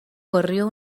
corrió